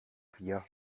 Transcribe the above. wir